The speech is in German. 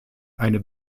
eine